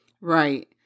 right